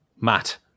Matt